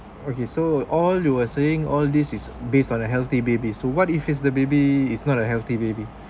okay so all you were saying all this is based on a healthy babies so what if is the baby is not a healthy baby